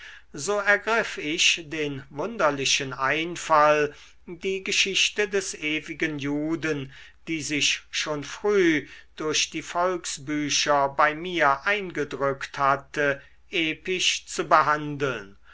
so ergriff ich den wunderlichen einfall die geschichte des ewigen juden die sich schon früh durch die volksbücher bei mir eingedrückt hatte episch zu behandeln